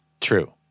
True